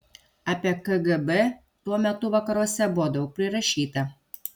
apie kgb tuo metu vakaruose buvo daug prirašyta